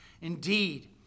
Indeed